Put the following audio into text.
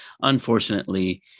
unfortunately